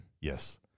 Yes